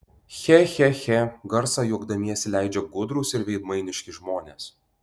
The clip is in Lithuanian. che che che garsą juokdamiesi leidžia gudrūs ir veidmainiški žmonės